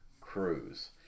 cruise